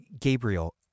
Gabriel